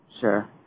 Sure